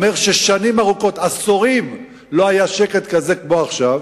ששנים ארוכות, עשורים, לא היה שקט כזה כמו עכשיו.